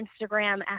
Instagram